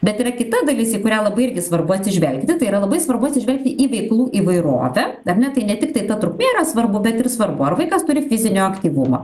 bet yra kita dalis į kurią labai irgi svarbu atsižvelgti tai yra labai svarbu atsižvelgti į veiklų įvairovę ar ne tai ne tik tai ta trukmė yra svarbu bet ir svarbu ar vaikas turi fizinio aktyvumo